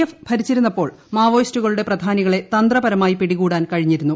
F ഭരിച്ചിരുന്നപ്പോൾ മാവോയിസ്റ്റുകളുടെ പ്രധാനികളെ തന്ത്രപരമായി പിടികൂടാൻ കഴിഞ്ഞിരുന്നു